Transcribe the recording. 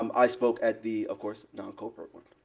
um i spoke at the, of course, non-corporate one.